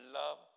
love